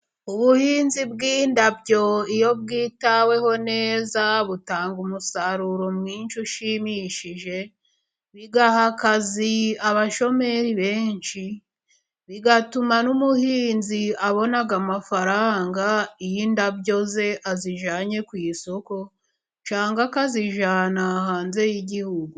Ubuhinzi bw'indabo iyo bwitaweho neza butanga umusaruro mwinshi ushimishije, bigaha akazi abashomeri benshi, bigatuma n'umuhinzi abona amafaranga y'indabo ze azijyanye ku isoko cyangwa akazijyana hanze y'Igihugu.